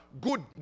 good